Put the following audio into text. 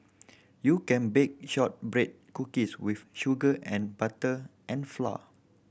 you can bake shortbread cookies with sugar and butter and flour